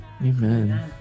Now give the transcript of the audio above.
Amen